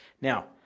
Now